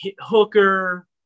hooker